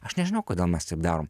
aš nežinau kodėl mes taip darom